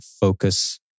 focus